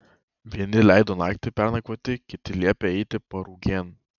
vieni leido naktį pernakvoti kiti liepė eiti parugėn